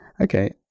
Okay